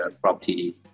Property